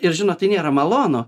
ir žinot tai nėra malonu